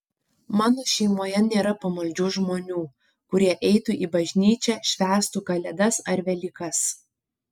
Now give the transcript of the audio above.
mano šeimoje nėra pamaldžių žmonių kurie eitų į bažnyčią švęstų kalėdas ar velykas